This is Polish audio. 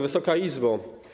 Wysoka Izbo!